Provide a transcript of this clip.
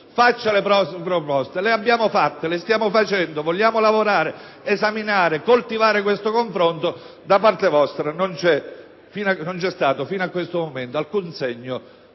faccia le proposte. Noi le abbiamo fatte e le stiamo facendo: vogliamo lavorare, esaminare e coltivare questo confronto. Da parte vostra non c'è stato, fino a questo momento, alcun segno